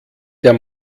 der